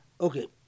Okay